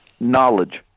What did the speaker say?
Knowledge